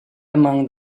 among